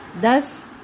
Thus